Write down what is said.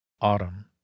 Autumn